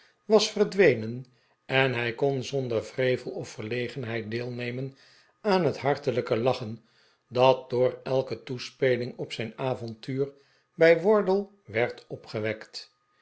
was verdwenen en hij kon zonder wrevel of verlegenheid deelnemen aan het hartelijke lachen dat door elke toespeling op zijn avontuur bij wardle werd opgewekt